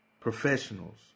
professionals